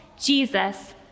Jesus